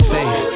Faith